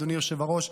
אדוני היושב-ראש.